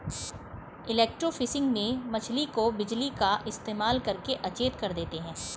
electrofishing में मछली को बिजली का इस्तेमाल करके अचेत कर देते हैं